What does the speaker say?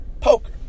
poker